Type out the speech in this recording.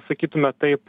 sakytume taip